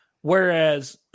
whereas